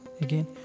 Again